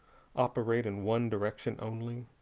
operate in one direction only?